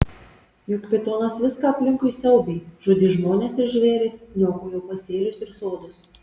juk pitonas viską aplinkui siaubė žudė žmones ir žvėris niokojo pasėlius ir sodus